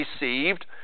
received